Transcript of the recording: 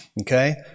Okay